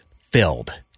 filled